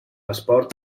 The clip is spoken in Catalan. esport